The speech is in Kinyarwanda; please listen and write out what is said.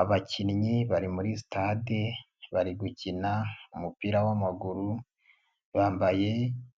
Abakinnyi bari muri stade, bari gukina umupira w'amaguru, bambaye